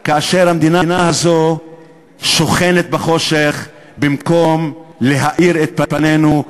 כאשר המדינה הזאת שוכנת בחושך במקום להאיר את פנינו.